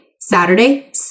Saturday